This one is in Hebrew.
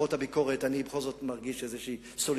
שלמרות הביקורת אני בכל זאת מרגיש איזו סולידריות,